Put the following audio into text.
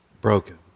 broken